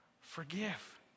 forgive